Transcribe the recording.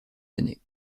années